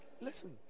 listen